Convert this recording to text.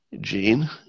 gene